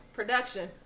Production